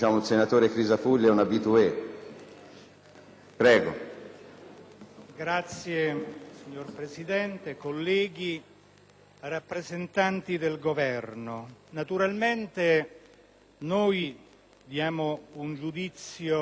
*(IdV)*. Signor Presidente, colleghi, rappresentanti del Governo, naturalmente noi diamo un giudizio molto severo